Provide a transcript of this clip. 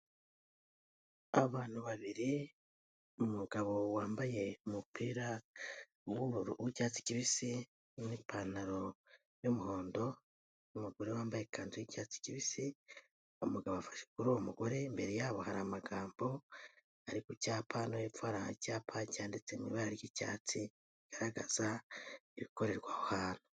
Abantu babiri umugabo wambaye umupira w'ubururu w'icyatsi kibisi n'ipantaro y'umuhondo, n'umugore wambaye ikanzu y'icyatsi kibisi, umugabo afashe kuri uwo mugore. Imbere ya bo hari amagambo ari ku cyapa no hepfo hari icyapa cyanditse mu ibara ry'icyatsi rigaragaza ibikorerwa aho hantu.